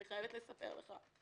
אני חייבת לספר לך,